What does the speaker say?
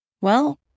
Well-